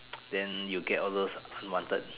then you get all those unwanted